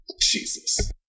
Jesus